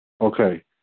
Okay